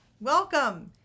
welcome